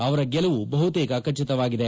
ಅವರ ಗೆಲುವು ಬಹುತೇಕ ಖಚಿತವಾಗಿದೆ